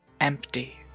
Empty